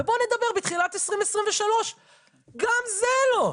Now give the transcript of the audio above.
ובואו נדבר בתחילת 2023. גם זה לא.